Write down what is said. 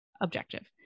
objective